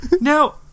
Now